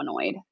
annoyed